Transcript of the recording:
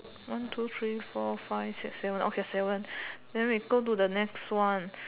one two three four five six seven okay seven then we go to the next one